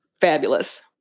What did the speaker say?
fabulous